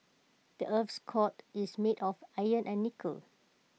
the Earth's core is made of iron and nickel